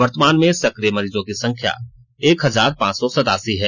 वर्तमान में सकिय मरीजों की संख्या एक हजार पांच सौ सतासी है